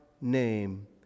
name